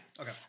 okay